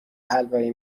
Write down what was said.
حلوایی